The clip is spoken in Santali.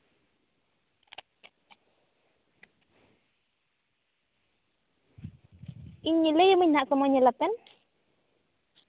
ᱤᱧ ᱞᱟᱹᱭ ᱟᱢᱟᱹᱧ ᱦᱟᱸᱜ ᱥᱚᱢᱚᱭ ᱧᱮᱞ ᱟᱛᱮᱜ